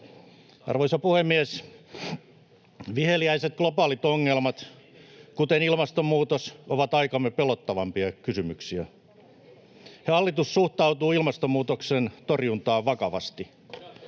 Arvoisa puhemies! Viheliäiset globaalit ongelmat, kuten ilmastonmuutos, ovat aikamme pelottavimpia kysymyksiä. Hallitus suhtautuu ilmastonmuutoksen torjuntaan vakavasti.